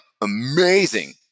amazing